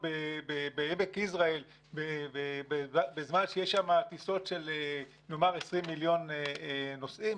בעמק יזרעאל בזמן שיש שם טיסות של 20 מיליון נוסעים?